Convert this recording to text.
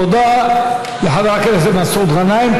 תודה לחבר הכנסת מסעוד גנאים.